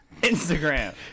Instagram